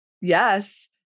Yes